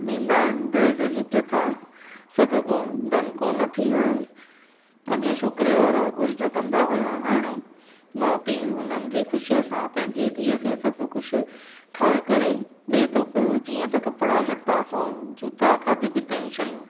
ॾींदा आहिनि दहेज जी प्रथा सभु बंदि कोन थी आहे अॻे छोकिरे वारा घुर्ज कंदा हुआ हाणे माउ पीउ हुननि जी ख़ुशीअ सां पंहिंजी धीअ खे सभु कुझु ठाहे करे ॾे थो पियो जीअं त कपिड़ा लटा सोन जूता खाधे पीते जूं शयूं